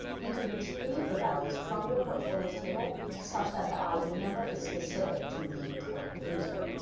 you can retrieve the value from your portfolios table, such that the id number is specific to the current user.